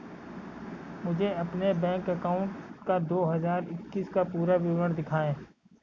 मुझे अपने bank account का दो हज़ार इक्कीस का पूरा विवरण दिखाएँ?